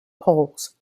polls